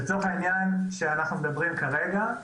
לצורך העניין עליו אנחנו מדברים כרגע,